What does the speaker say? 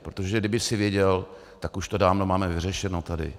Protože kdyby si věděl, tak už to dávno máme vyřešeno tady.